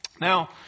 Now